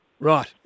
Right